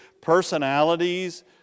personalities